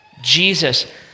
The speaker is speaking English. Jesus